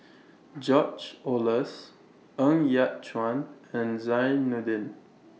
George Oehlers Ng Yat Chuan and Zainudin